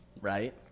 right